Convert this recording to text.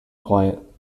quiet